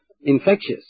infectious